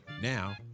Now